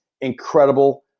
incredible